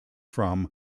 from